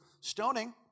stoning